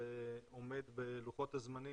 צוהריים ובים.